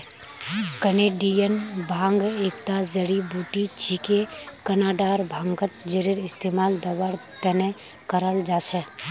Canadian भांग एकता जड़ी बूटी छिके कनाडार भांगत जरेर इस्तमाल दवार त न कराल जा छेक